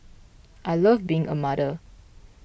I love being a mother